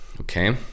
okay